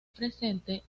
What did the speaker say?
presente